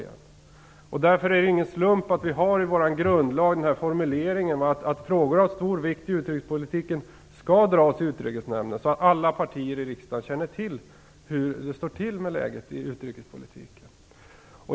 Det är därför ingen slump att vi i vår grundlag har formuleringen av frågor av stor vikt i utrikespolitiken skall tas upp i Utrikesnämnden så att alla partier i riksdagen känner till hur det står till med läget i utrikespolitiken.